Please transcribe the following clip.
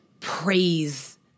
praise